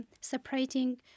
separating